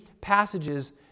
passages